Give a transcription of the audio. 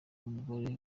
mugore